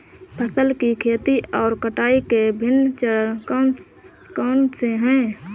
फसल की खेती और कटाई के विभिन्न चरण कौन कौनसे हैं?